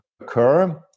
occur